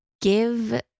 give